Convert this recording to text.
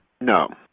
No